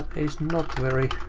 is not very